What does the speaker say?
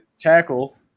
tackle